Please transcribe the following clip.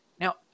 Now